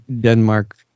Denmark-